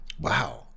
Wow